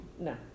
no